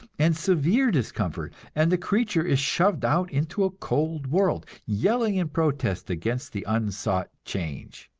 and severe discomfort, and the creature is shoved out into a cold world, yelling in protest against the unsought change.